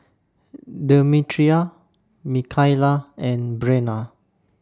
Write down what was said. Demetria Mikaila and Brenna